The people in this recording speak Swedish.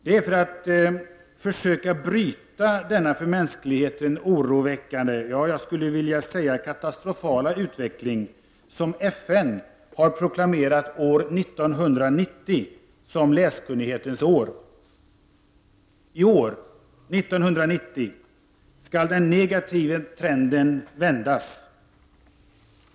Det är för att försöka bryta denna för mänskligheten oroväckande, ja jag skulle vilja säga katastrofala utveckling, som FN har proklamerat år 1990 som läskunnighetens år. I år, 1990, skall den negativa trenden vändas.